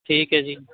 ਠੀਕ ਹੈ ਜੀ